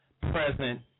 present